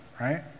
right